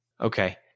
Okay